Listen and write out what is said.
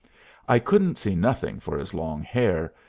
i couldn't see nothing for his long hair,